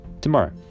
tomorrow